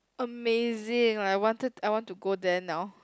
amazing like I wanted I want to go there now